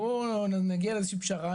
בוא נגיע לאיזו שהיא פשרה,